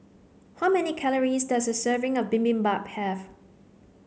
how many calories does a serving of Bibimbap have